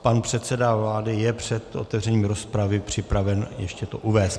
Pan předseda vlády je před otevřením rozpravy připraven ještě to uvést.